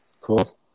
cool